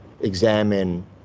examine